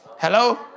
hello